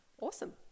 awesome